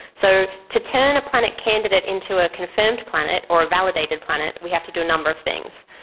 so to turn a planet candidate into a confirmed planet or a validated planet we have to do a number of things.